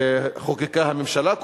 שחוקקה הממשלה,